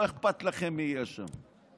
לא אכפת לכם מי יהיה שם.